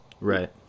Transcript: right